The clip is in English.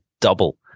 double